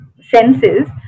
senses